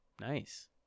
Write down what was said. Nice